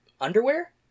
underwear